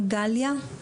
גליה?